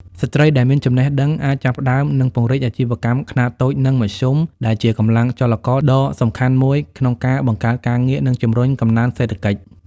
ស្ត្រីដែលមានចំណេះដឹងអាចចាប់ផ្តើមនិងពង្រីកអាជីវកម្មខ្នាតតូចនិងមធ្យម ដែលជាកម្លាំងចលករដ៏សំខាន់មួយក្នុងការបង្កើតការងារ និងជំរុញកំណើនសេដ្ឋកិច្ច។